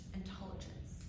intelligence